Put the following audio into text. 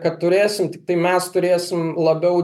kad turėsim tiktai mes turėsim labiau